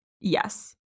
yes